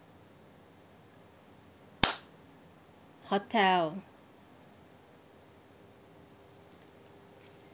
hotel